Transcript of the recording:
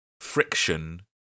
friction